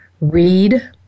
Read